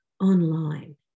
online